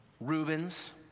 Rubens